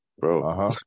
bro